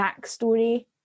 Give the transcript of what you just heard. backstory